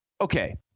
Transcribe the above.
Okay